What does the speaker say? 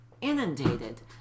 inundated